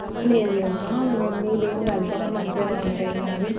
లేవు లేవు అమ్మ మేము ఏం నీళ్ళు ఏం కల్పము మంచిగానే ఉంటయి మావి